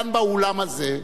כאן, באולם הזה,